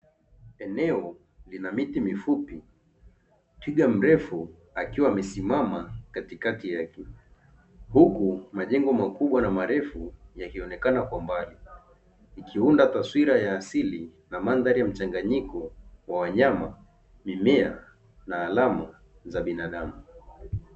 Eneo lenye miti mifupi twiga mrefu akiwa amesimama katikati yake, huku majengo marefu yakionekana kwa mbali ikunda taswira ya asili na mandhari ya mchanganyiko ya wanyama, mimea na alama za binadamu.